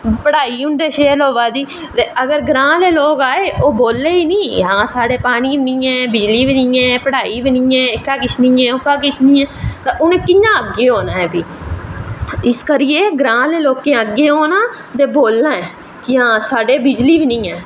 पढ़ाई उंदे शैल होआ दी ते ग्रांऽ आह्ले लोग आए ओह् बोले गै नी साढ़े पानी नी ऐ बिजली बी नी ऐ पड़ाई नी ऐ एह्का किश नी ऐ ओह्का किश नी ऐ ते उनें कियां अग्गैं होना ऐ फ्ही इस करियै ग्रांऽ आह्ले लोकें अग्गैं औना ते बोलना ऐ कि हां साढ़े बिजली बी नी ऐ